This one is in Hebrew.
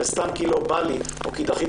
ולא סתם "כי לא בא לי" או כי דחיתי